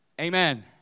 Amen